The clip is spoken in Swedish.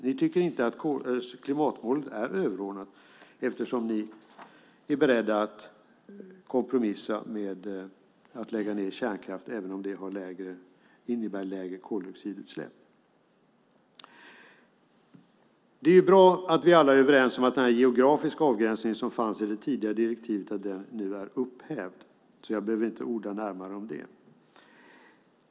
Ni tycker inte att klimatmålet är överordnat eftersom ni är beredda att kompromissa med att lägga ned kärnkraft även om det innebär lägre koldioxidutsläpp. Det är bra att vi alla är överens om att den geografiska avgränsningen som fanns enligt tidigare direktiv är nu upphävd. Jag behöver inte orda närmare om det.